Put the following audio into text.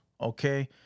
Okay